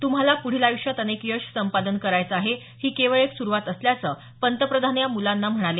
तुम्हाला पुढील आयुष्यात अनेक यश संपादन करायचं आहे ही केवळ एक सुरुवात असल्याचं पंतप्रधान या मुलांना म्हणाले